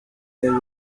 early